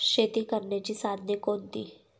शेती करण्याची साधने कोणती?